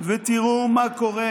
ותראו מה קורה.